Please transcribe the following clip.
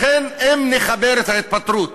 לכן, אם נחבר את ההתפטרות